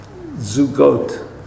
Zugot